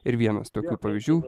ir vienas tokių pavyzdžių